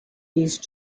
these